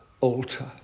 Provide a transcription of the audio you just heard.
altar